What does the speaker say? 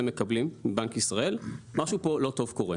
מקבלים מבנק ישראל משהו פה לא טוב קורה.